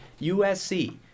USC